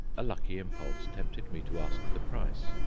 a lucky impulse tempted me to ask the price.